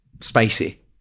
spicy